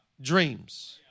dreams